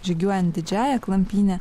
žygiuojant didžiąja klampyne